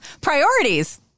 Priorities